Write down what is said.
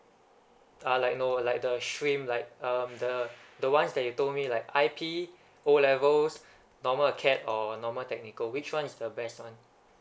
uh like no like the stream like um the the one that you told me like I_P O levels normal acade or normal technical which one is the best one